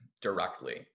directly